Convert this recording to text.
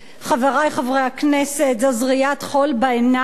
חברי חברי הכנסת, זו זריית חול בעיניים.